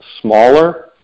smaller